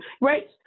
right